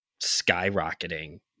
skyrocketing